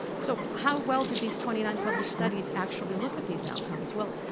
so how well did these twenty nine published studies actually look at these outcomes? well,